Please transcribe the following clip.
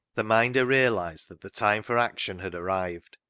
the minder realised that the time for action had arrived,